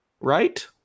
Right